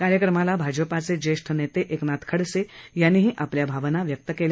कार्यक्रमाला भाजपाचे ज्येष्ठ नेते एकनाथ खडसे यांनी यावेळी भावना व्यक्त केल्या